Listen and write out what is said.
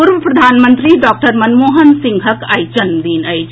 पूर्व प्रधानमंत्री डॉक्टर मनमोहन सिंहक आइ जन्मदिन अछि